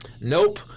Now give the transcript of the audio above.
Nope